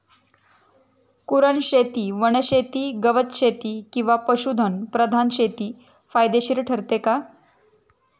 कुरणशेती, वनशेती, गवतशेती किंवा पशुधन प्रधान शेती फायदेशीर ठरते का?